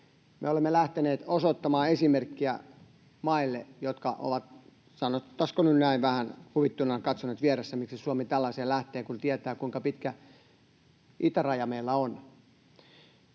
olemme lähteneet osoittamaan esimerkkiä maille, jotka ovat, sanottaisiinko nyt näin, vähän huvittuneina katsoneet vieressä, miksi Suomi tällaiseen lähtee, kun tietää, kuinka pitkä itäraja meillä on.